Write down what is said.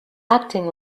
acting